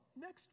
next